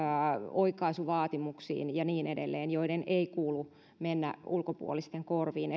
oikaisuvaatimuksiin ja niin edelleen joiden ei kuulu mennä ulkopuolisten korviin